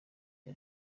cya